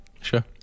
Sure